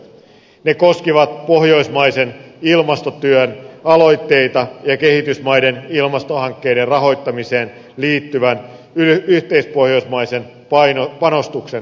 ne koskivat pohjoismaisen ilmastotyön aloitteita ja kehitysmaiden ilmastohankkeiden rahoittamiseen liittyvän yhteispohjoismaisen panostuksen vahvistamista